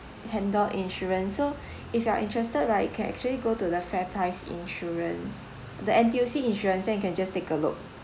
handle insurance so if you are interested right you can actually go to the FairPrice insurance the N_T_U_C insurance then you can just take a look